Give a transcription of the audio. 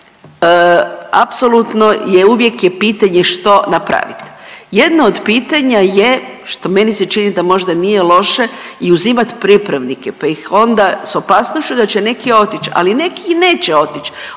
apsolutno je uvijek je pitanje što napraviti. Jedno od pitanja je što meni se čini da možda nije loše i uzimat pripravnike pa ih onda sa opasnošću da će neki otići, ali neki i neće otić,